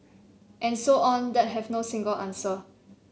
and so on that have no single answer